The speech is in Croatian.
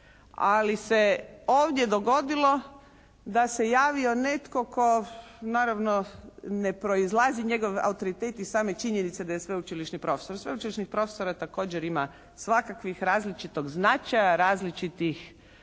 Ali se je ovdje dogodilo da se je javio netko tko naravno ne proizlazi njegov autoritet iz same činjenice da je sveučilišni profesor. Sveučilišnih profesora također ima svakakvih, različitog značaja, različitih